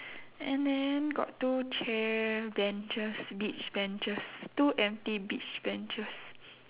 and then got two chair benches beach benches two empty beach benches